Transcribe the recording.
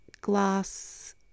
glass